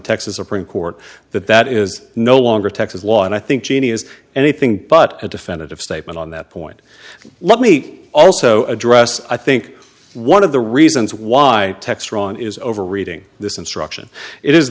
texas supreme court that that is no longer texas law and i think cheney is anything but a defendant of statement on that point let me also address i think one of the reasons why textron is over reading this instruction it is